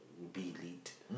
be lead